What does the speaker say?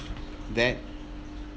that